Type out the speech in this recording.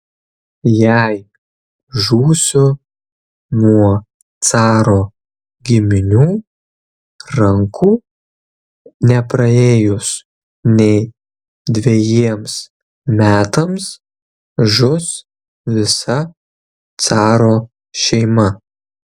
jei žūsiu nuo caro giminių rankų nepraėjus nei dvejiems metams žus visa caro šeima